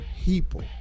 people